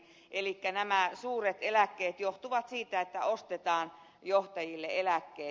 elikkä nämä suuret eläkkeet johtuvat siitä että ostetaan johtajille eläkkeet